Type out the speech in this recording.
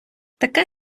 таке